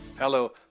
Hello